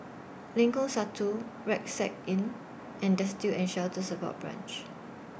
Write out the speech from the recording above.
Lengkong Satu Rucksack Inn and Destitute and Shelter Support Branch